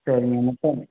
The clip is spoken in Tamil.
சரிங்க முட்டை